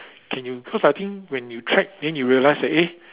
can you cause I think when you track then you realise that eh